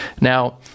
Now